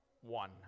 one